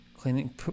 cleaning